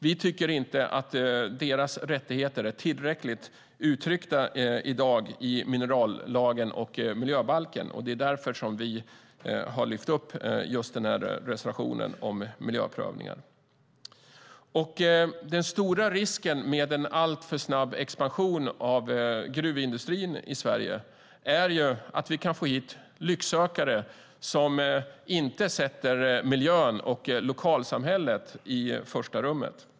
Vi tycker inte att deras rättigheter är tillräckligt uttryckta i dag i minerallagen och miljöbalken. Det är därför som vi har lyft upp reservationen om miljöprövningar. Den stora risken med en alltför snabb expansion av gruvindustrin i Sverige är att vi kan få hit lycksökare som inte sätter miljön och lokalsamhället i första rummet.